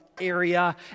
area